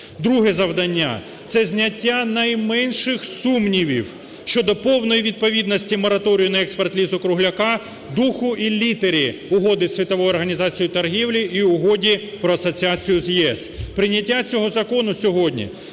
Друге завдання – це зняття найменших сумнівів щодо повної відповідності мораторію на експорт лісу-кругляка, духу і літері Угоди Світової організації торгівлі і Угоді по асоціацію з ЄС. Прийняття цього закону сьогодні